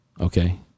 okay